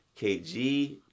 KG